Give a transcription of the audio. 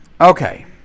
Okay